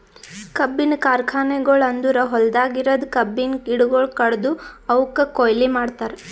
ಕಬ್ಬಿನ ಕಾರ್ಖಾನೆಗೊಳ್ ಅಂದುರ್ ಹೊಲ್ದಾಗ್ ಇರದ್ ಕಬ್ಬಿನ ಗಿಡಗೊಳ್ ಕಡ್ದು ಅವುಕ್ ಕೊಯ್ಲಿ ಮಾಡ್ತಾರ್